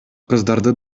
кыздарды